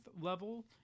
level